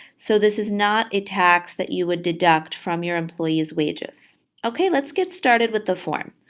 so this is not a tax that you would deduct from your employees' wages. okay, let's get started with the form.